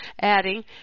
adding